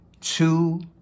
two